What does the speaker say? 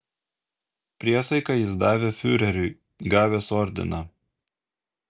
priesaiką jis davė fiureriui gavęs ordiną